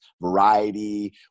variety